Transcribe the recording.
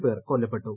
പേർ കൊല്ലപ്പെട്ടു